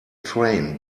train